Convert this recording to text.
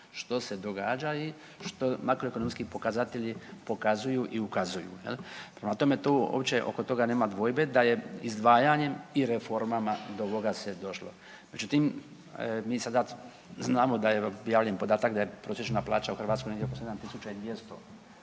što se događa i što makroekonomski pokazatelji pokazuju i ukazuju jel. Prema tome, tu uopće oko toga nema dvojbe da je izdvajanjem i reformama do ovoga se došlo. Međutim, mi sada znamo da je objavljen podatak da je prosječna plaća u Hrvatskoj negdje oko 7.250.